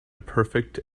perfect